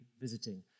visiting